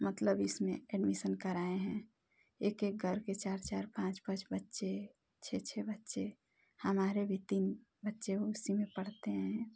मतलब इसमें एडमिशन कराए हैं एक एक करके चार चार पाँच पाँच बच्चे छह छह बच्चे हमारे भी तीन बच्चे उसी में पढ़ते हैं